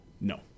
No